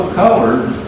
colored